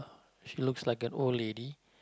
she looks like an old lady